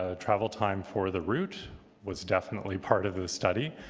ah travel time for the route was definitely part of the study.